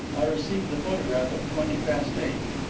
i received the photograph at twenty past eight.